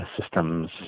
systems